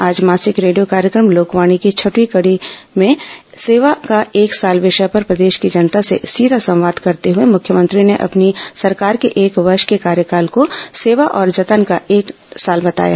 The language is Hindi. आज मासिक रेडियो कार्यक्रम लोकवाणी की छठवीं कड़ी में सेवा का एक साल विषय पर प्रदेश की जनता से सीधा संवाद करते हुए मुख्यमंत्री ने अपनी सरकार के एक वर्ष के कार्यकाल को सेवा और जतन का एक साल बताया